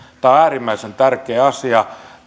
on äärimmäisen tärkeä asia